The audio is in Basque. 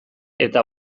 eta